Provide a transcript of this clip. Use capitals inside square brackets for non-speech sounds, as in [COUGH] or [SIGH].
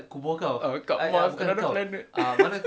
it's another planet [LAUGHS]